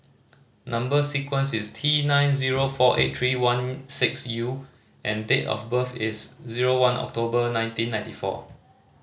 number sequence is T nine zero four eight three one six U and date of birth is zero one October nineteen ninety four